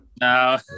No